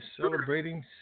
celebrating